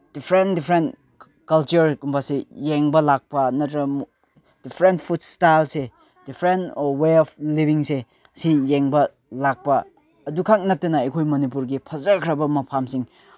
different different ꯀꯜꯆꯔꯒꯨꯝꯕꯁꯦ ꯌꯦꯡꯕ ꯂꯥꯛꯄ ꯅꯠꯇ꯭ꯔꯒ ꯗꯤꯐ꯭ꯔꯦꯟ ꯐꯨꯠ ꯏꯁꯇꯥꯜꯁꯦ ꯗꯤꯐ꯭ꯔꯦꯟ ꯋꯦ ꯑꯣꯐ ꯂꯤꯚꯤꯡꯁꯦ ꯁꯤ ꯌꯦꯡꯕ ꯂꯥꯛꯄ ꯑꯗꯨꯈꯛ ꯅꯠꯇꯅ ꯑꯩꯈꯣꯏ ꯃꯅꯤꯄꯨꯔꯒꯤ ꯐꯖꯈ꯭ꯔꯕ ꯃꯐꯝꯁꯤꯡ